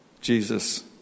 Jesus